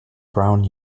brown